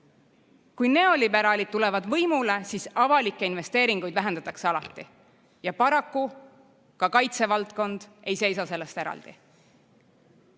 Kui neoliberaalid tulevad võimule, siis avalikke investeeringuid vähendatakse alati. Ja paraku ei seisa ka kaitsevaldkond sellest eraldi.